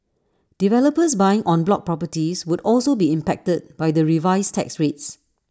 developers buying en bloc properties would also be impacted by the revised tax rates